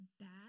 bad